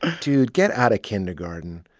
dude, get out of kindergarden.